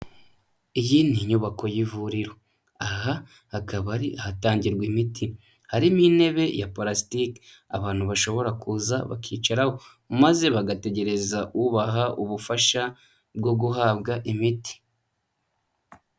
Iyi ni inyubako y'ivuriro. Aha hakaba ari ahatangirwa imiti, harimo intebe ya pulasitiki abantu bashobora kuza bakicararaho, maze bagategereza ubaha ubufasha bwo guhabwa imiti.